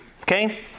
Okay